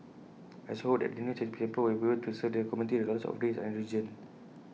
I also hope that the new Chinese temple will be able to serve the community regardless of race or religion